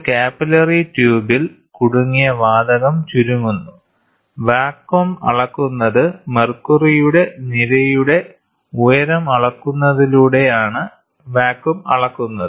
ഒരു കാപ്പിലറി ട്യൂബിൽ കുടുങ്ങിയ വാതകം ചുരുങ്ങുന്നു വാക്വം അളക്കുന്നത് മെർക്കുറിയുടെ നിരയുടെ ഉയരം അളക്കുന്നതിലൂടെയാണ് വാക്വം അളക്കുന്നത്